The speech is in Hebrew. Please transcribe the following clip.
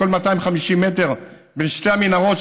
כל 250 מטר בין שתי המנהרות,